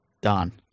Done